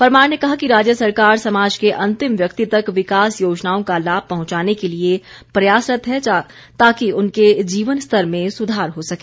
परमार ने कहा कि राज्य सरकार समाज के अंतिम व्यक्ति तक विकास योजनाओं का लाभ पहुंचाने के लिए प्रयासरत है ताकि उनके जीवन स्तर में सुधार हो सके